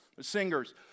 singers